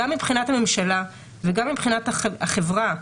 גם מבחינת הממשלה וגם מבחינת החברה,